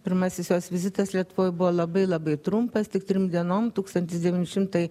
pirmasis jos vizitas lietuvoj buvo labai labai trumpas tik trim dienom tūkstantis devyni šimtai